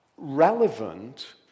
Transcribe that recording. Relevant